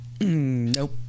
Nope